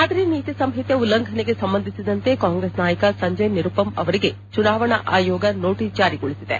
ಮಾದರಿ ನೀತಿಸಂಹಿತೆ ಉಲ್ಲಂಘನೆಗೆ ಸಂಬಂಧಿಸಿದಂತೆ ಕಾಂಗ್ರೆಸ್ ನಾಯಕ ಸಂಜಯ್ ನಿರುಪಮ್ ಅವರಿಗೆ ಚುನಾವಣಾ ಆಯೋಗ ನೋಟಸ್ ಜಾರಿಗೊಳಿಸಿದೆ